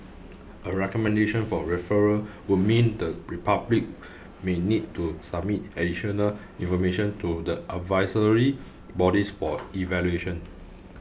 a recommendation for referral would mean the Republic may need to submit additional information to the advisory bodies for evaluation